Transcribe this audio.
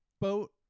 boat